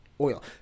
oil